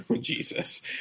Jesus